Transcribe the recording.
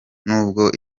n’ubwo